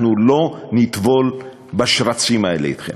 אנחנו לא נטבול בשרצים האלה אתכם.